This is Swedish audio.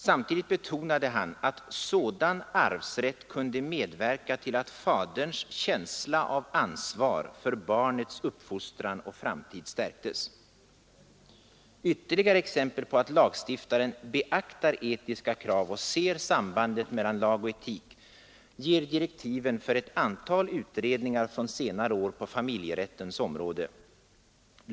Samtidigt betonade statsrådet, att sådan arvsrätt kunde medverka till att faderns känsla av ansvar för barnets uppfostran och framtid stärktes. Ytterligare exempel på att lagstiftaren beaktar etiska krav och ser sambandet mellan lag och etik ger direktiven för ett antal utredningar från senare år på familjerättens område.